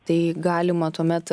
tai galima tuomet